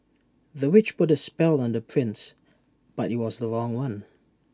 the witch put A spell on the prince but IT was the wrong one